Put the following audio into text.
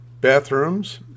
bathrooms